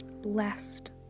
Blessed